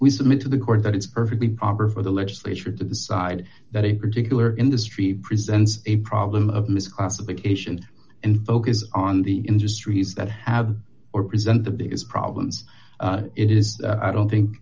we submit to the court that it's perfectly proper for the legislature to decide that a particular industry presents a problem of misclassification and focus on the industries that have or present the biggest problems it is don't think